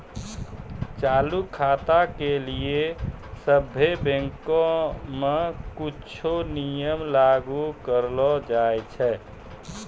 चालू खाता के लेली सभ्भे बैंको मे कुछो नियम लागू करलो जाय छै